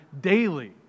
daily